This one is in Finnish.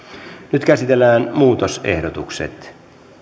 nyt käsitellään muutosehdotukset